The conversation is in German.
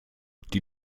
die